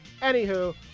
Anywho